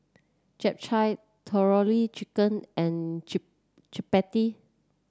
Japchae Tandoori Chicken and Chapati